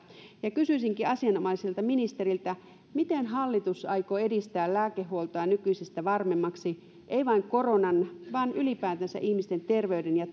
ja kysyisinkin asianomaiselta ministeriltä miten hallitus aikoo edistää lääkehuoltoa nykyistä varmemmaksi ei vain koronan vaan ylipäätänsä ihmisten terveyden ja